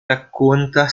racconta